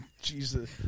Jesus